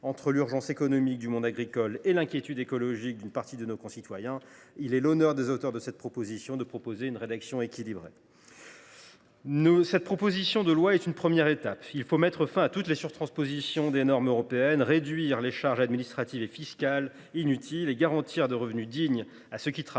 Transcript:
Entre l’urgence économique du monde agricole et l’inquiétude écologique d’une partie de nos concitoyens, il est à l’honneur des auteurs de ce texte d’avoir su nous soumettre une rédaction équilibrée. Cette proposition de loi constitue une première étape. Il faut mettre fin à toutes les surtranspositions de normes européennes, réduire les charges administratives et fiscales inutiles et garantir des revenus dignes à ceux qui travaillent